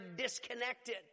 disconnected